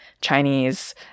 Chinese